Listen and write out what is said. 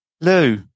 Lou